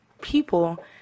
people